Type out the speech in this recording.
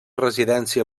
residència